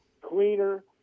cleaner